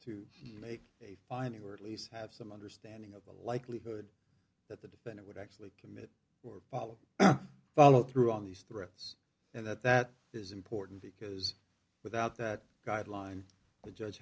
to make a fine you were at least have some understanding of the likelihood that the defendant would actually can follow follow through on these threats and that that is important because without that guideline the judge